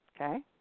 okay